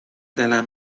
ﺩﻟﻢ